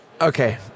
okay